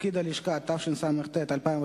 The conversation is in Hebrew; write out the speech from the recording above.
תפקיד הלשכה), התשס"ט 2009,